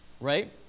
Right